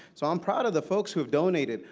so i'm proud of the folks who have donated.